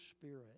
spirit